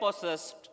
possessed